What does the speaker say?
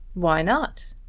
why not?